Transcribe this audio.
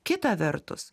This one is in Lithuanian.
kita vertus